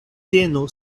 tenu